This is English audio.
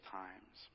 times